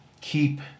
keep